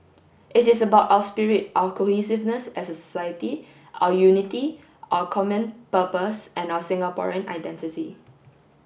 it is about our spirit our cohesiveness as a society our unity our common purpose and our Singaporean identity